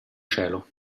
cielo